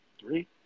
Three